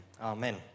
amen